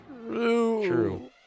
True